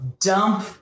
dump